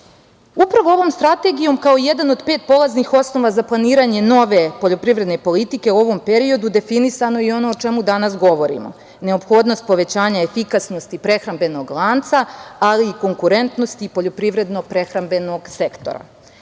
unije. Upravo ovom strategijom, kao jednom od pet polaznih osnova za planiranje nove poljoprivredne politike u ovom periodu, definisano je i ono o čemu danas govorimo – neophodnost povećanja efikasnosti prehrambenog lanca, ali i konkurentnosti poljoprivredno-prehrambenog sektora.